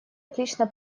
отлично